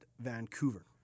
Vancouver